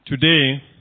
Today